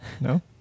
no